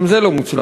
גם זה לא מוצלח.